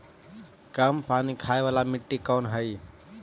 कम पानी खाय वाला मिट्टी कौन हइ?